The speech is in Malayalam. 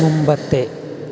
മുമ്പത്തെ